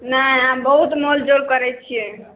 नहि अहाँ बहुत मोल जोल करै छियै